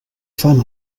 fan